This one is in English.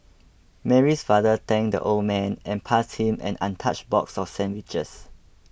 Mary's father thanked the old man and passed him an untouched box of sandwiches